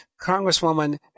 Congresswoman